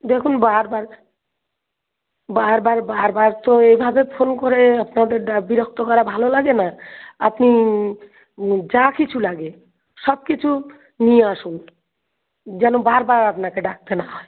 দেখুন বার বার বার বার বার বার তো এভাবে ফোন করে আপনাদের ডা বিরক্ত করা ভালো লাগে না আপনি যা কিছু লাগে সব কিছু নিয়ে আসুন যেন বার বার আপনাকে ডাকতে না হয়